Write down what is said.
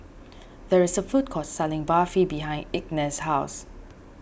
there is a food court selling Barfi behind Ignatz's house